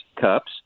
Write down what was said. cups